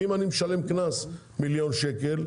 אם אני משלם קנס מיליון שקל,